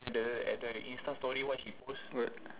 but